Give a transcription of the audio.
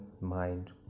mind